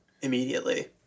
immediately